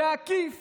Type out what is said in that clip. ועקיף